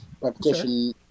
repetition